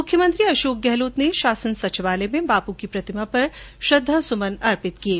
मुख्यमंत्री अशोक गहलोत ने शासन सचिवालय में बापू की प्रतिमा पर श्रद्वा सुमन अर्पित किये